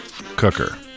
cooker